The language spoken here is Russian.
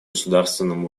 государственном